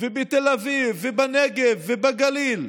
בתל אביב ובנגב ובגליל,